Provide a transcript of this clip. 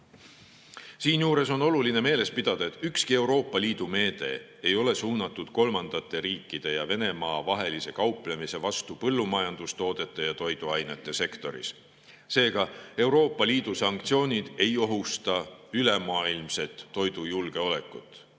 kiipe. Siinjuures on oluline meeles pidada, et ükski Euroopa Liidu meede ei ole suunatud kolmandate riikide ja Venemaa vahelise kauplemise vastu põllumajandustoodete ja toiduainete sektoris. Seega, Euroopa Liidu sanktsioonid ei ohusta ülemaailmset toidujulgeolekut.